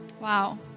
Wow